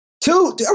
Two